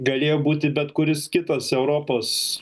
galėjo būti bet kuris kitas europos